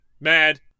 mad